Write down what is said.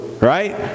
right